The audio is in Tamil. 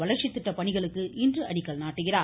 வளர்ச்சி திட்ட பணிகளுக்கு இன்று அடிக்கல் நாட்டுகிறார்